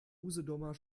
usedomer